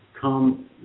come